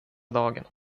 dagen